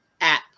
app